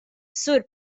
sur